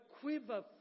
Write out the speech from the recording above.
quiver